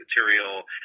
material